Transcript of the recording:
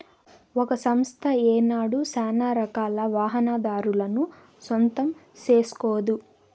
ఒక సంస్థ ఏనాడు సానారకాల వాహనాదారులను సొంతం సేస్కోదు